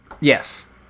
Yes